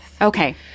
okay